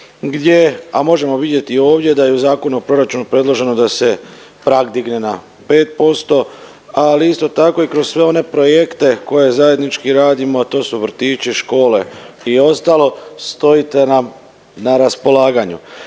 gdje, a možemo vidjeti i ovdje da je i u Zakonu o proračunu predloženo da se prag digne na 5%, ali isto tako i kroz sve one projekte koje zajednički radimo, a to su vrtići, škole i ostalo, stojite nam na raspolaganju.